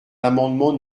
l’amendement